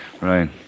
Right